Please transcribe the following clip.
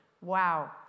Wow